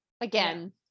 again